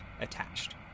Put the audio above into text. attached